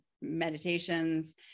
meditations